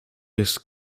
jest